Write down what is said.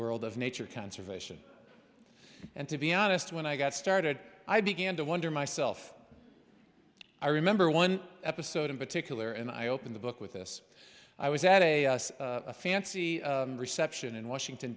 world of nature conservation and to be honest when i got started i began to wonder myself i remember one episode in particular and i open the book with this i was at a fancy reception in washington